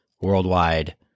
worldwide